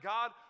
God